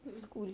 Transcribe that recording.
mm mm